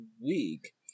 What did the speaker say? week